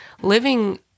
Living